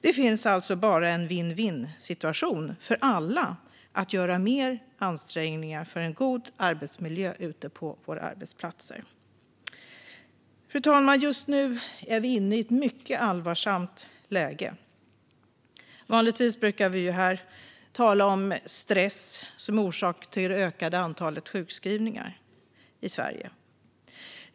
Det finns alltså bara en vinn-vinn-situation för alla att göra mer ansträngningar för en god arbetsmiljö ute på våra arbetsplatser. Fru talman! Just nu är vi inne i ett mycket allvarsamt läge. Vanligtvis brukar vi här tala om stress som orsak till det ökade antalet sjukskrivningar i Sverige.